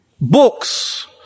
books